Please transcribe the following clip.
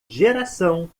geração